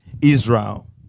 Israel